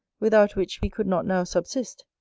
without which we could not now subsist.